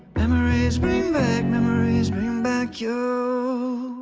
memories bring back memories bring back you